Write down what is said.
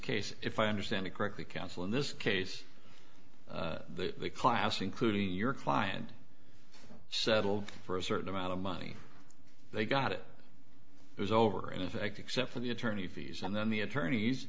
case if i understand it correctly counsel in this case the class including your client settled for a certain amount of money they got it was over in effect except for the attorney fees and then the attorneys